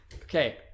Okay